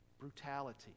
brutality